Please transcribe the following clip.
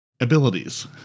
Abilities